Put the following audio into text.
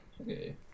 Okay